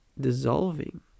dissolving